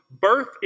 birth